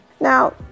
Now